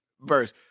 verse